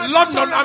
London